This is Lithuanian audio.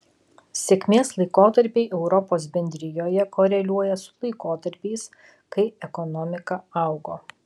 sėkmės laikotarpiai europos bendrijoje koreliuoja su laikotarpiais kai ekonomika augo